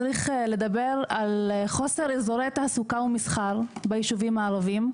צריך לדבר על חוסר אזורי תעסוקה ומסחר בישובים הערבים,